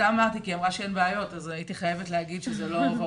היא אמרה שאין בעיות והייתי חייבת להגיד שזה לא ורוד.